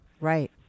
Right